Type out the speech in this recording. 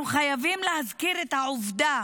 אנחנו חייבים להזכיר את העובדה